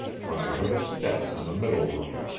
when i heard a step in the middle room.